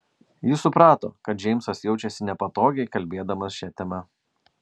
ji suprato kad džeimsas jaučiasi nepatogiai kalbėdamas šia tema